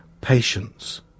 patience